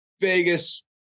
Vegas